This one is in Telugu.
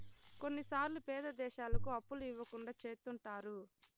కొన్నిసార్లు పేద దేశాలకు అప్పులు ఇవ్వకుండా చెత్తుంటారు